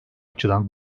açıdan